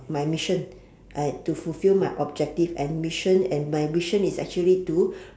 my mission to fulfil my objective and mission and my mission is actually to